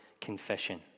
confession